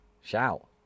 Shout